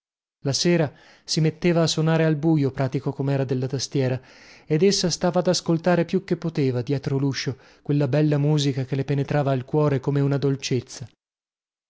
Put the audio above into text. la sera si metteva a sonare al buio pratico comera della tastiera ed essa stava ad ascoltare più che poteva dietro luscio quella bella musica che le penetrava al cuore come una dolcezza